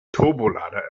turbolader